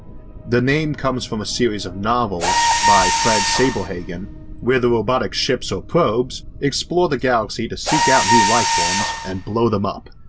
the name comes from a series of novels by fred saberhagen where the robotic ships or probes explore the galaxy to seek out new lifeforms and blow them up.